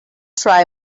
try